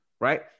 right